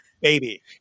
Baby